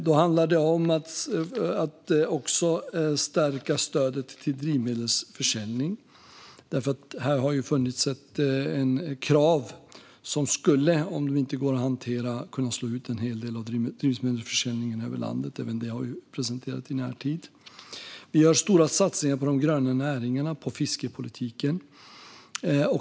Då handlar det också om att stärka stödet till drivmedelsförsäljning. Här har det nämligen ställts krav som, om de inte går att hantera, skulle kunna slå ut en hel del av drivmedelsförsäljningen i landet. Även detta har presenterats i närtid. Vi gör stora satsningar på de gröna näringarna och på fiskepolitiken.